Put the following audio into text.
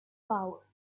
flower